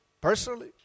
personally